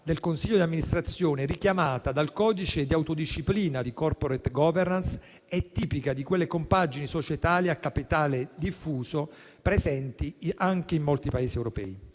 del consiglio di amministrazione, richiamata dal codice di autodisciplina di *corporate governance* e tipica delle compagini societarie a capitale diffuso presenti anche in molti Paesi europei.